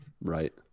Right